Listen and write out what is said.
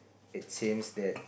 it seems that